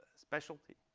specialty.